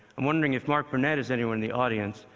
i'm wondering if mark burnett is anywhere in the audience,